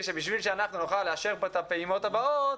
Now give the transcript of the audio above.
שבשביל שאנחנו נוכל פה את הפעימות הבאות,